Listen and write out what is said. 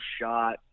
shot